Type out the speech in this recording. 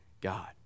God